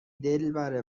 دلبر